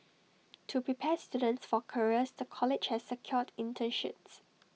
to prepare students for careers the college has secured internships